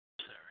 Sorry